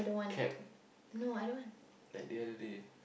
cab that the other day